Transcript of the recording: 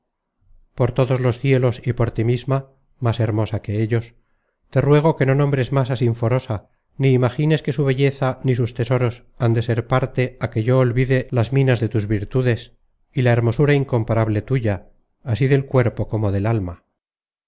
por todos los cielos y por tí misma más hermosa que ellos te ruego que no nombres más á sinforosa ni imagines que su belleza ni sus tesoros han de ser parte á que yo olvide las minas de tus virtudes y la hermosura incomparable tuya así del cuerpo como del alma